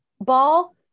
ball